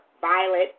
Violet